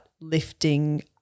lifting –